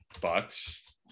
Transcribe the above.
Bucks